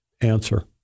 answer